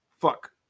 Fuck